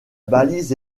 balise